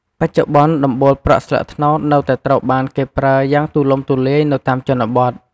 បច្ចុប្បន្ន ដំបូលប្រក់ស្លឹកត្នោតនៅតែត្រូវបានគេប្រើយ៉ាងទូលំទូលាយនៅតាមជនបទ។